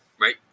right